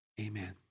amen